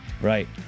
Right